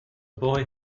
boy